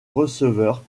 receveur